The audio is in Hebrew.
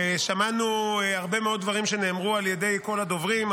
שמענו הרבה מאוד דברים שנאמרו על ידי כל הדוברים,